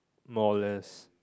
more or less